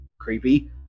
creepy